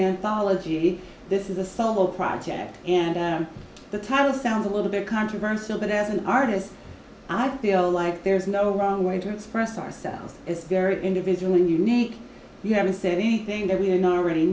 biology this is a solo project and the title sounds a little bit controversial but as an artist i feel like there's no wrong way to express ourselves it's very individual and unique you haven't said anything that we're not already